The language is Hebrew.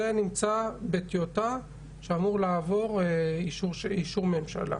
נמצא בטיוטה ואמור לעבור אישור ממשלה.